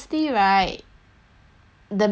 the metal grill is good actually cause